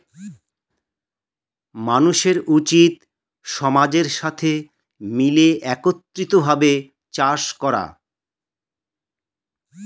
মানুষের উচিত সমাজের সাথে মিলে একত্রিত ভাবে চাষ করা